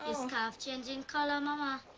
scarf changing color, momma?